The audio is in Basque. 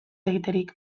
egiterik